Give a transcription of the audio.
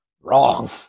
Wrong